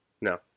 No